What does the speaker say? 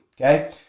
okay